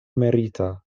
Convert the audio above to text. merita